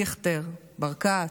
דיכטר, ברקת,